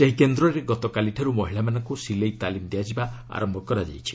ସେହି କେନ୍ଦ୍ରରେ ଗତକାଲିଠାରୁ ମହିଳାମାନଙ୍କୁ ସିଲେଇ ତାଲିମ ଦିଆଯିବା ଆରମ୍ଭ କରାଯାଇଛି